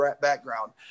background